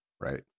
Right